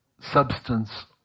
substance